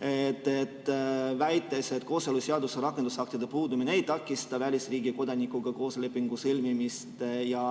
väites, et kooseluseaduse rakendusaktide puudumine ei takista välisriigi kodanikuga kooselulepingu sõlmimist ja